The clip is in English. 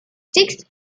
six